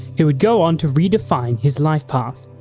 who would go on to redefine his life path.